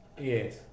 Yes